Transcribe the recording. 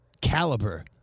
caliber